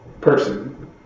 person